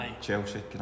Chelsea